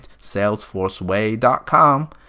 salesforceway.com